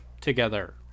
together